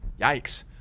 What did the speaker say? yikes